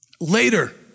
Later